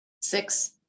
Six